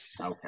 Okay